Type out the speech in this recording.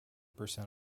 percent